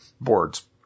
boards